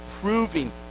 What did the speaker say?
proving